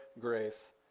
grace